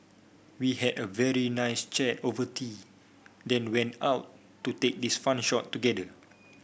we had a very nice chat over tea then went out to take this fun shot together